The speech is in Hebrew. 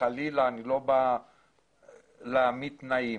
וחלילה אני לא בא להעמיד תנאים.